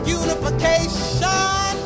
unification